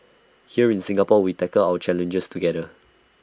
here in Singapore we tackle our challenges together